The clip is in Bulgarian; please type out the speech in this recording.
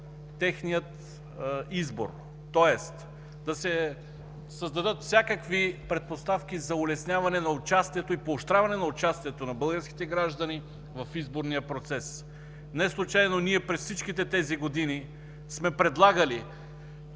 Тоест да се създадат всякакви предпоставки за улесняване и поощряване на участието на българските граждани в изборния процес. Неслучайно през всички тези години ние сме предлагали